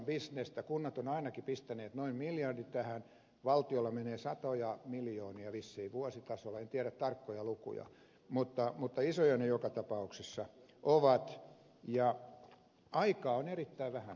kunnat ovat ainakin pistäneet noin miljardin tähän valtiolla menee satoja miljoonia vissiin vuositasolla en tiedä tarkkoja lukuja mutta isoja ne joka tapauksessa ovat ja aikaa on erittäin vähän saada tämä kaikki kuntoon